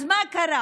אז מה קרה?